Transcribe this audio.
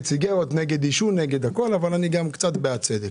סיגריות ונגד עישון אבל אני גם קצת בעד צדק.